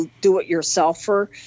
do-it-yourselfer